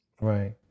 Right